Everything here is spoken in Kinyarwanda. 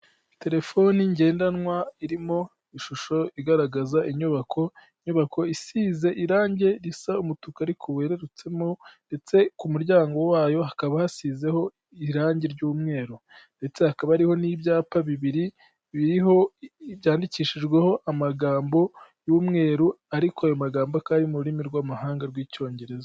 Telefoni ngendanwa irimo ishusho igaragaza inyubako, inyubako isize irangi risa umutuku ariko werutsemo, ndetse ku muryango wa yo hakaba hasizeho irangi ry'umweru. Ndetse hakaba hariho n'ibyapa bibiri biriho byandikishijweho amagambo y'umweru; ariko ayo magambo akaba ari mu rurimi rw'amahanga rw'icyongereza.